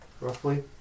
roughly